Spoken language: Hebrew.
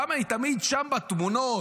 למה היא תמיד שם בתמונות,